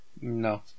no